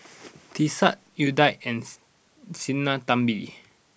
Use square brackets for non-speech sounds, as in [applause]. [noise] Teesta Udai and [noise] Sinnathamby